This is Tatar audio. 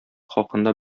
хакында